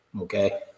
Okay